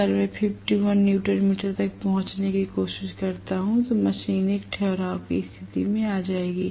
अगर मैं 51 newton metre तक पहुँचने की कोशिश करता हूँ तो मशीन एक ठहराव की स्थिति में आ जाएगी